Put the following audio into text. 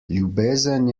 ljubezen